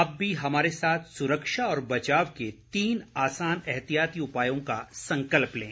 आप भी हमारे साथ सुरक्षा और बचाव के तीन आसान एहतियाती उपायों का संकल्प लें